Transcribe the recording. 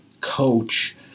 coach